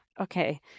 Okay